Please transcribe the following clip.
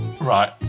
Right